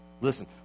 Listen